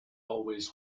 always